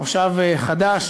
כנס חדש,